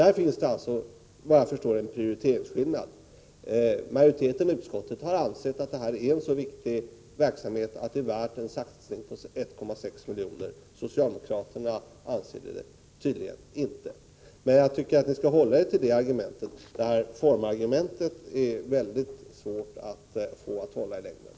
Där finns det alltså, såvitt jag förstår, en skillnad i fråga om prioritering. Majoriteten i utskottet har ansett att det här är en så viktig verksamhet att det är värt att satsa 1,6 milj.kr. — socialdemokraterna anser det tydligen inte. Men jag tycker att ni skall hålla er till det statsfinansiella argumentet. ”Formargumentet” är det svårt att få att hålla i längden.